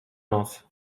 noc